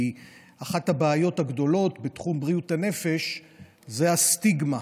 כי אחת הבעיות הגדולות בתחום בריאות הנפש היא הסטיגמה,